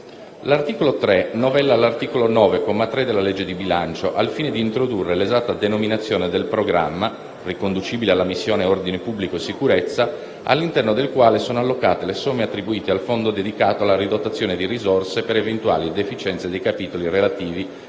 L'articolo 3 novella l'articolo 9, comma 3, della legge di bilancio, al fine di introdurre l'esatta denominazione del programma, riconducibile alla missione Ordine pubblico e sicurezza, all'interno del quale sono allocate le somme attribuite al fondo dedicato alla ridotazione di risorse per eventuali deficienze dei capitoli relativi